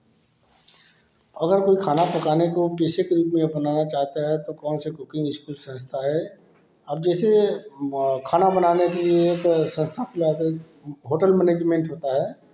अगर कोई खाना पकाने को पेशे के रूप में अपनाना चाहते है तो कौनसी कुकिंग इस्कूल संस्था है अब जैसे खाना बनाने के लिए एक संस्था खोला गया है होटल मैनेजमेंट होता है